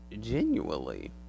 genuinely